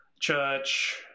church